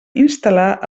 instal·lar